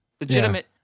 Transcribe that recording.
Legitimate